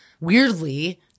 weirdly